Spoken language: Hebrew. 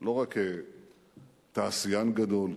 לא רק כתעשיין גדול,